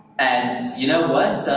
and you know what?